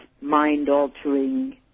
mind-altering